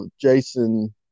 Jason